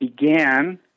began